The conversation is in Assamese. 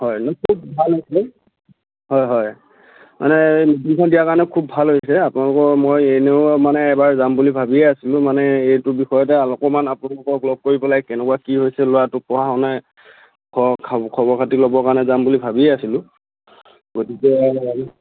হয় এনেই খুব ভাল হৈছে হয় হয় মানে মিটিংখন দিয়াৰ কাৰণে খুব ভাল হৈছে আপোনালোকৰ মই এনেও মানে এবাৰ যাম বুলি ভাবিয়ে আছিলোঁ এইটো বিষয়তে অকণমান আপোনালোকক লগ কৰি পেলাই কেনেকুৱা কি কৰিছে ল'ৰাটো পঢ়া শুনা খা খবৰ খাতিৰ ল'বৰ কাৰণে যাম বুলি ভাবিয়েই আছিলোঁ গতিকে